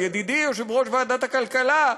ידידי יושב-ראש ועדת הכלכלה,